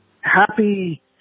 happy